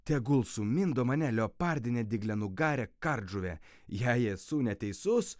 tegul sumindo mane leopardinė dyglianugarė kardžuvė jei esu neteisus